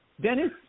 Dennis